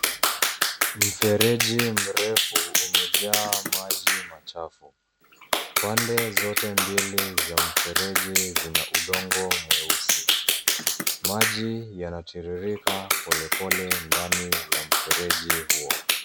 Mfereji mrefu umejaa maji machafu. Pande zote mbili za mfereji zina udongo mweusi. Maji yanatiririka polepole ndani ya mfereji huo.